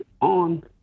on